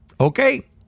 Okay